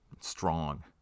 strong